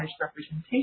representation